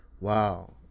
wow